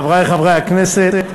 חברי חברי הכנסת,